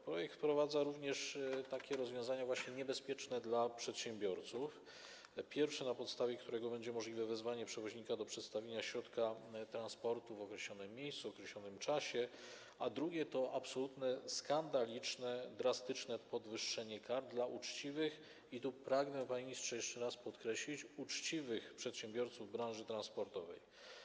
Projekt wprowadza również takie rozwiązania właściwie niebezpieczne dla przedsiębiorców, pierwsze, na podstawie którego będzie możliwe wezwanie przewoźnika do przedstawienia środka transportu w określonym miejscu, w określonym czasie, a drugie to absolutnie skandaliczne, drastyczne podwyższenie kar dla uczciwych - i tu pragnę, panie ministrze, jeszcze raz to podkreślić - uczciwych przedsiębiorców branży transportowej.